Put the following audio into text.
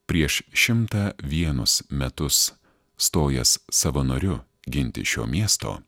prieš šimtą vienus metus stojęs savanoriu ginti šio miesto